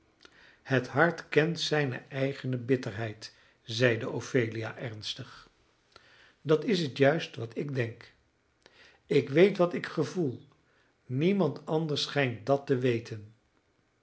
het hart kent zijne eigene bitterheid zeide ophelia ernstig dat is het juist wat ik denk ik weet wat ik gevoel niemand anders schijnt dat te weten